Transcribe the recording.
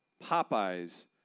Popeye's